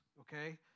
okay